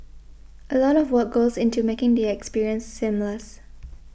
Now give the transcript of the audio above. a lot of work goes into making the experience seamless